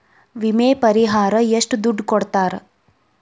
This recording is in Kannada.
ವಿಮೆ ಪರಿಹಾರ ಎಷ್ಟ ದುಡ್ಡ ಕೊಡ್ತಾರ?